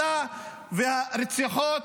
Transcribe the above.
הרציחות,